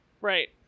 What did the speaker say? Right